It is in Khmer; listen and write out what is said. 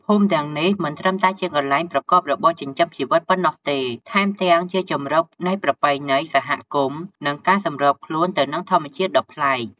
ភូមិទាំងនេះមិនត្រឹមតែជាកន្លែងប្រកបរបរចិញ្ចឹមជីវិតប៉ុណ្ណោះទេ ថែមទាំងជាជម្រកនៃប្រពៃណី សហគមន៍ និងការសម្របខ្លួនទៅនឹងធម្មជាតិដ៏ប្លែក។